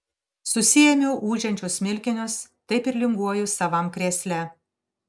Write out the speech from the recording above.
susiėmiau ūžiančius smilkinius taip ir linguoju savam krėsle